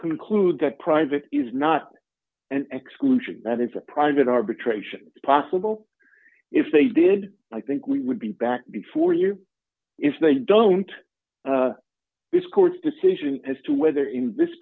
conclude that private is not an execution and it's a private arbitration possible if they did i think we would be back before you if they don't this court's decision as to whether in this